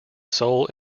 sole